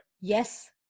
Yes